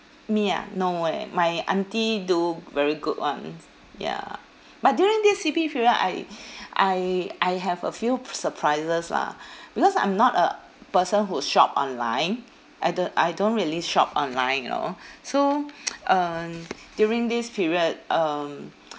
me ah no eh my aunty do very good ones ya but during this C_B period I I I have a few pu~ surprises lah because I'm not a person who shop online I don't I don't really shop online you know so um during this period um